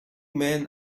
men